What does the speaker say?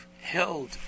held